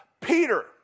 Peter